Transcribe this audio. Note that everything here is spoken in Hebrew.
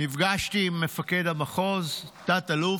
נפגשתי עם מפקד המחוז, תת-אלוף,